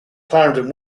clarendon